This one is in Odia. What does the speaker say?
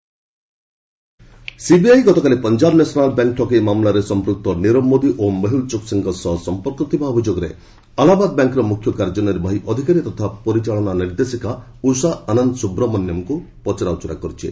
ସିବିଆଇ ପିଏନ୍ବି ସ୍କାମ୍ ସିବିଆଇ ଗତକାଲି ପଞ୍ଜାବ ନ୍ୟାସନାଲ୍ ବ୍ୟାଙ୍କ ଠକେଇ ମାମଲାରେ ସଂପୃକ୍ତ ନିରବ ମୋଦି ଓ ମେହୁଲ୍ ଚୋକ୍ନିଙ୍କ ସହ ସଂପର୍କ ଥିବା ଅଭିଯୋଗରେ ଆହ୍ଲାବାଦ୍ ବ୍ୟାଙ୍କର ମୁଖ୍ୟ କାର୍ଯ୍ୟନିର୍ବାହୀ ଅଧିକାରୀ ତଥା ପରିଚାଳନା ନିର୍ଦ୍ଦେଶିକା ଉଷା ଅନନ୍ତ ସୁବ୍ରମଣ୍ୟମ୍ଙ୍କୁ ପଚରାଉଚରା କରିଛି